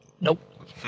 nope